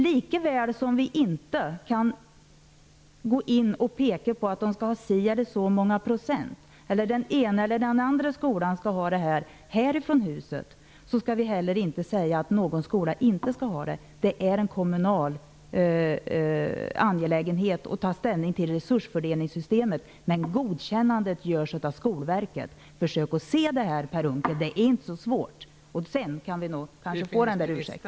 Likaväl som vi ledamöter i denna riksdag inte kan gå in och peka på att skolorna skall ha si eller så många procent, eller att den ena eller den andra skolan skall få något, skall vi heller inte säga att någon skola inte skall få något. Det är en kommunal angelägenhet att ta ställning till resursfördelningssystemet, men godkännandet görs av Skolverket. Försök att se detta, Per Unckel. Det är inte så svårt. Då kan vi kanske få denna ursäkt.